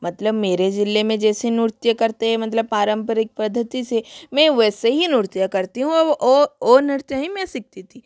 मतलब मेरे ज़ईले में जैसे नृत्य करते हें मतलब पारंपरिक पद्धति से मैं वैसे ही नृत्य करती हूँ और वो वो नृत्य ही मीन सीखती थी